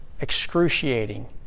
excruciating